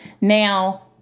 Now